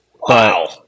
Wow